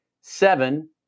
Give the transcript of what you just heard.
seven